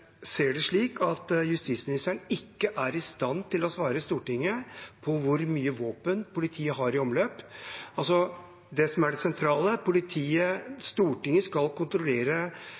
ser det slik at justisministeren ikke er i stand til å svare Stortinget på hvor mye våpen politiet har i omløp. Det som er det sentrale, er at Stortinget skal kontrollere